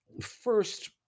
first